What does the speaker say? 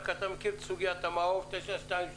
רק אתה מכיר את סוגיית המעוף 922,